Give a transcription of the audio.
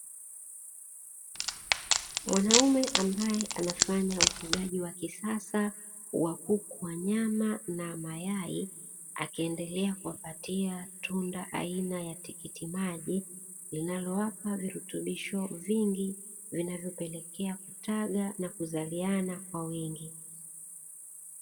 Mwanaume ambaye anafanya ufugaji wa kisasa wa kuku wa nyama, na mayai akiendelea kuwapatia tunda aina ya tikiti maji linalowapa virutubisho vingi vinavyopelekea kutaga au kuzaliana kwa wingi.